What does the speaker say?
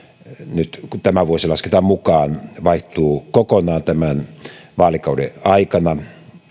nyt kun tämä vuosi lasketaan mukaan vaihtuu kokonaan tämän vaalikauden aikana